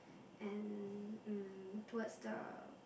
and mm towards the